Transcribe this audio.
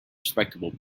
respectable